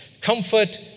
comfort